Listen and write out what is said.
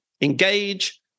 engage